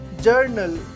journal